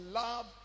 love